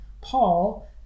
Paul